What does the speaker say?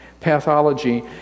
pathology